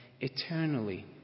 eternally